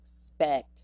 expect